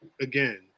Again